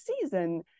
season